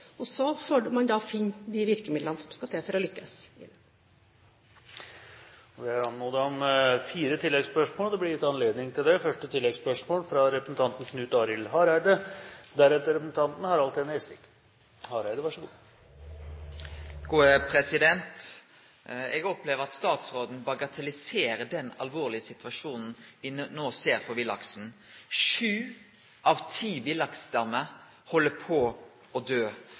Så får man da finne de virkemidlene som skal til for å lykkes videre. Det blir gitt anledning til fire oppfølgingsspørsmål – først Knut Arild Hareide. Eg opplever at statsråden bagatelliserer den alvorlege situasjonen me no ser for villaksen. Sju av ti villaksstammer held på å